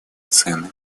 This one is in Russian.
цены